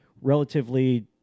relatively